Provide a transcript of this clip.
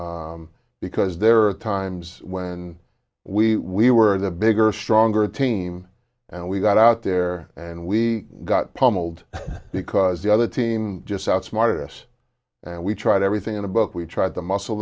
because there are times when we were the bigger stronger team and we got out there and we got pummeled because the other team just outsmarted us and we tried everything in the book we tried to muscle